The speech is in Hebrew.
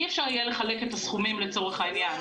אי אפשר יהיה לחלק את הסכומים לצורך העניין.